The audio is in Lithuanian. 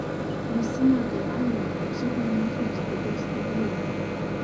visi negalavimai nuo psichoemocinės būklės stabilumo